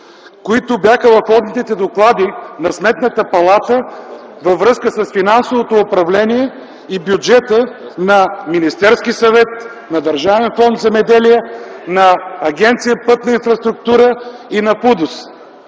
които бяха в одитните доклади на Сметната палата във връзка с финансовото управление и бюджета на Министерския съвет, на Държавен фонд „Земеделие”, на Агенция „Пътна инфраструктура” и на ПУДООС.